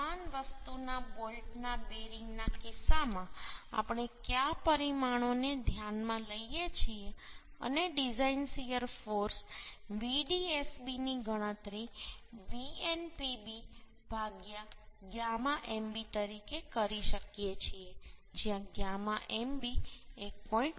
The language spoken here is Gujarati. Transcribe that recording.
સમાન વસ્તુના બોલ્ટના બેરિંગના કિસ્સામાં આપણે કયા પરિમાણોને ધ્યાનમાં લઈએ છીએ અને ડિઝાઇન શીયર ફોર્સ Vdsb ની ગણતરી Vnpb γ mb તરીકે કરી શકીએ છીએ જ્યાં γ mb 1